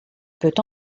peut